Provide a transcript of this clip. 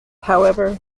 however